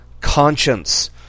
conscience